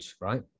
right